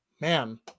man